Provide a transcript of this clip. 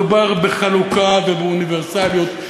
מדובר בחלוקה ובאוניברסליות,